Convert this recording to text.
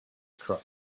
crook